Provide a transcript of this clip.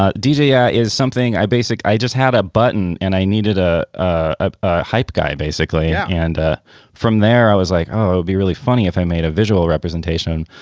ah dea dea ah is something i basic. i just had a button and i needed ah ah a hype guy, basically. yeah and from there i was like, oh, be really funny if i made a visual representation.